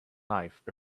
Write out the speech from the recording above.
life